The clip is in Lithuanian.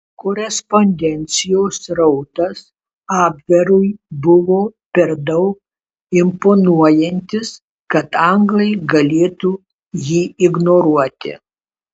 korespondencijos srautas abverui buvo per daug imponuojantis kad anglai galėtų jį ignoruoti